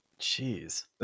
Jeez